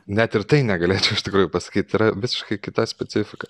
net ir tai negalėčiau iš tikrųjų pasakyt yra visiškai kita specifika